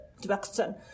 direction